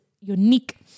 unique